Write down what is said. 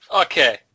Okay